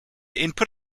input